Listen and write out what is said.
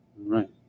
Right